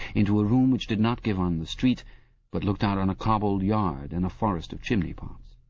into a room which did not give on the street but looked out on a cobbled yard and a forest of chimney-pots.